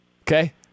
Okay